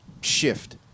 shift